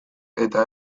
eta